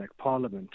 parliament